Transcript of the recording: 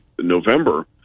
November